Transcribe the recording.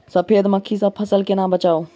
सफेद मक्खी सँ फसल केना बचाऊ?